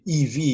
EV